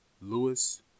Lewis